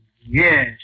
yes